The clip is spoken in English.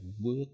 work